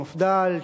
המפד"ל,